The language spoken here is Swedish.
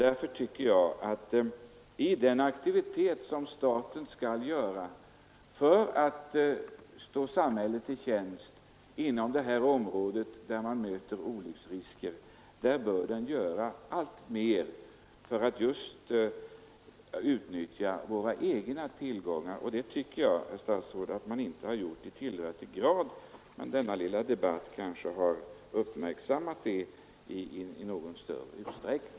Därför tycker jag att den aktivitet som staten skall utöva för att stå samhället till tjänst inom det område där man möter olycksrisker, bör utökas för att vi skall kunna utnyttja våra egna tillgångar. Jag tycker inte, herr statsråd, att man gjort detta i tillräcklig grad, men denna lilla debatt kanske har fäst uppmärksamheten på saken.